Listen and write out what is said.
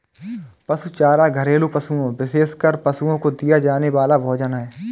पशु चारा घरेलू पशुओं, विशेषकर पशुओं को दिया जाने वाला भोजन है